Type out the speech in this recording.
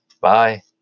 Bye